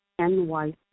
NYC